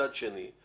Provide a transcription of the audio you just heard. מצד שני,